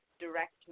direct